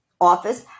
office